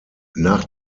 nach